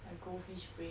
I goldfish brain